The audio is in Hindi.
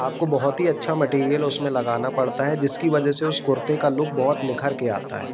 आपको बहुत ही अच्छा मटेरियल उसमें लगाना पड़ता है जिसकी वजह से उस कुर्ते का लुक बहुत निखर के आता है